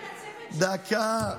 דקה.